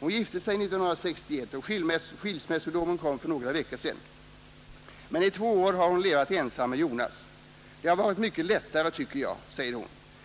Hon gifte sig 1961 och skilsmässodomen kom för några veckor sen. Men i två år har hon levt ensam med Jonas. — Det har varit mycket lättare tycker jag.